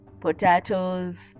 potatoes